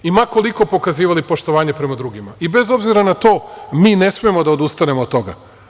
Ma koliko pokazivali poštovanje prema drugima i bez obzira na to, mi ne smemo da odustanemo od toga.